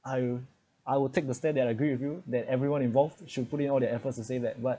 I will I will take the stand that I agree with you that everyone involved should put in all their efforts to say that but